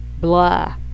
Blah